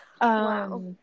Wow